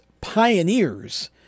pioneers